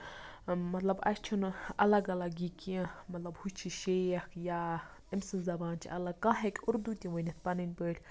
مطلب اَسہِ چھُنہٕ اَلگ الگ یہِ کیٚنہہ مطلب ہُہ چھ شیخ یا أمۍ سٕنز زَبان چھِ اَلگ کانہہ ہٮ۪کہِ اردوٗ تہِ ؤنِتھ پَنٕنۍ پٲٹھۍ